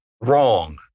wrong